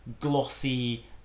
glossy